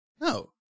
no